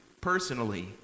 personally